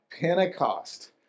Pentecost